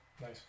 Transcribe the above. Nice